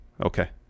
Okay